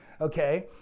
Okay